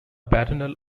paternal